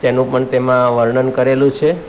તેનું પણ તેમાં વર્ણન કરેલું છે